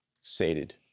sated